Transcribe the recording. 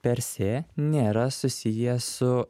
persė nėra susiję su